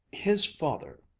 his father.